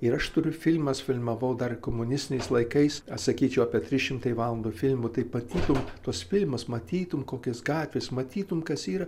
ir aš turiu filmas filmavau dar komunistiniais laikais aš sakyčiau apie tris šimtai valandų filmų taip matytum tuos filmus matytum kokios gatvės matytum kas yra